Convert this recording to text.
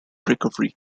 recovery